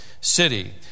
city